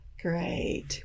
Great